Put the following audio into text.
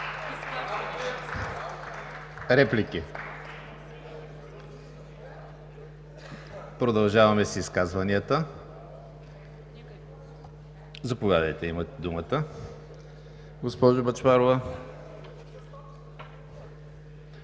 Реплики? Продължаваме с изказванията. Заповядайте, имате думата, госпожо Бъчварова.